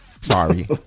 Sorry